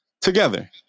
together